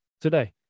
today